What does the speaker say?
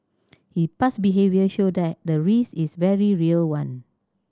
his past behaviour show that the risk is very real one